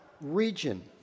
region